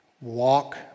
Walk